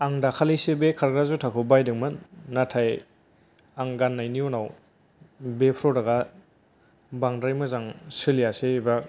आं दाखालिसो बे खारग्रा जुथाखौ बायदों मोन नाथाय आं गाननायनि उनाव बे प्रडाकया बांद्राय मोजां सलियासै एबा